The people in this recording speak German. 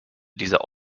dieser